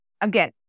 Again